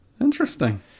interesting